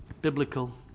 biblical